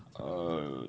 err